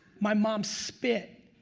my mom spit,